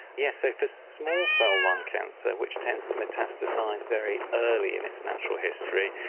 yes, so for small cell lung cancer which tends to metastasise very early in its natural history.